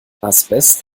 asbest